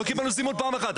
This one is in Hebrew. לא קיבלנו זימון פעם אחת.